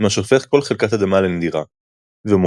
מה שהופך כל חלקת אדמה לנדירה,